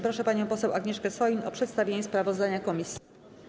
Proszę panią poseł Agnieszkę Soin o przedstawienie sprawozdania komisji.